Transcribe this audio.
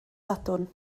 sadwrn